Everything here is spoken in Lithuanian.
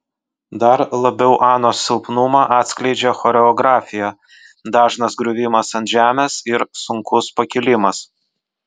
dar labiau anos silpnumą atskleidžia choreografija dažnas griuvimas ant žemės ir sunkus pakilimas